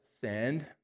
send